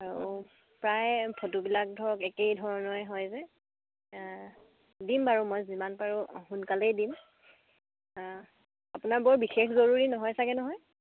আৰু প্ৰায় ফটোবিলাক ধৰক একেই ধৰণে হয় যে দিম বাৰু মই যিমান পাৰোঁ সোনকালেই দিম আপোনাৰ বৰ বিশেষ জৰুৰী নহয় চাগে নহয়